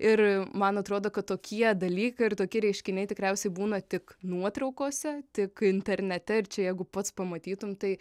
ir man atrodo kad tokie dalykai ir tokie reiškiniai tikriausiai būna tik nuotraukose tik internete ir čia jeigu pats pamatytum tai